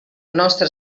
nostre